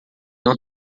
não